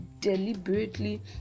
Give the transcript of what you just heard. deliberately